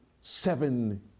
seven